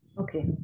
Okay